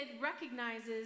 recognizes